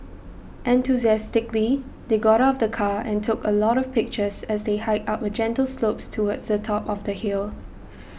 enthusiastically they got out of the car and took a lot of pictures as they hiked up a gentle slope towards the top of the hill